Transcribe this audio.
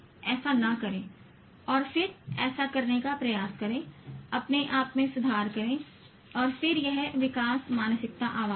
ऐसा न करें और फिर ऐसा करने का प्रयास करें अपने आप में सुधार करें और फिर यह विकास मानसिकता आवाज है